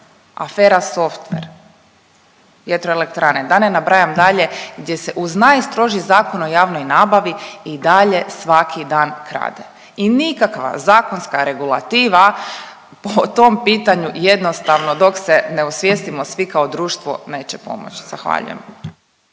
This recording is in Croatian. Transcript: afera Softver, vjetroelektrane da ne nabrajam dalje gdje se uz najstroži Zakon o javnoj nabavi i dalje svaki dan krade. I nikakva zakonska regulativa po tom pitanju jednostavno dok se ne osvijestimo svi kao društvo neće pomoć. Zahvaljujem.